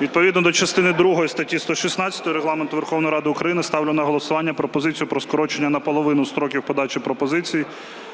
Відповідно до частини другої статті 116 Регламенту Верховної Ради України ставлю на голосування пропозицію про скорочення наполовину строків подачі пропозицій